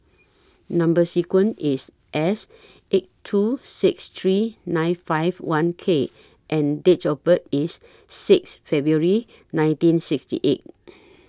Number sequence IS S eight two six three nine five one K and Date of birth IS six February nineteen sixty eight